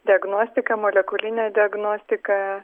diagnostika molekulinė diagnostika